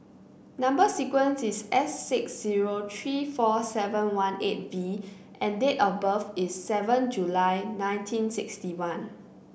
number sequence is S six zero three four seven one eight V and date of birth is seven July nineteen sixty one